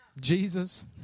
Jesus